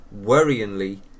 worryingly